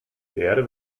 erde